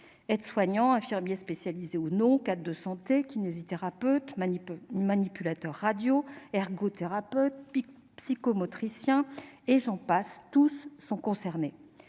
Aides-soignants, infirmiers spécialisés ou non, cadres de santé, kinésithérapeutes, manipulateurs radio, ergothérapeutes, psychomotriciens, et j'en passe : tous sont concernés.